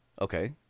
Okay